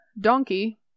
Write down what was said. donkey